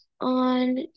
on